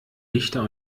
dichter